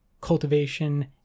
cultivation